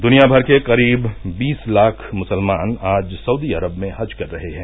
दुनियाभर के करीब बीस लाख मुसलमान आज सऊदी अरब में हज कर रहे हैं